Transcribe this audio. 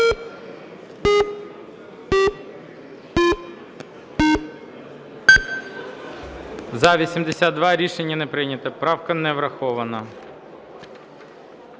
За-81 Рішення не прийнято. Правка не врахована.